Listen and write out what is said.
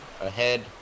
ahead